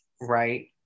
right